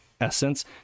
essence